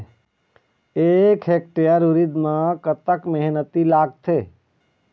एक हेक्टेयर उरीद म कतक मेहनती लागथे?